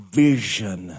vision